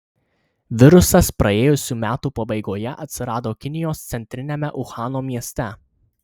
virusas praėjusių metų pabaigoje atsirado kinijos centriniame uhano mieste